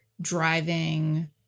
driving